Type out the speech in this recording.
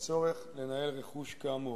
בצורך לנהל רכוש כאמור.